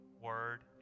word